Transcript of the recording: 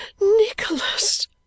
Nicholas